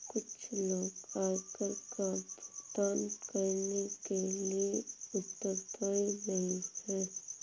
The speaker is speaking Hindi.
कुछ लोग आयकर का भुगतान करने के लिए उत्तरदायी नहीं हैं